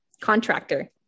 contractor